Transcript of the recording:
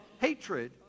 hatred